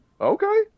Okay